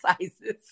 sizes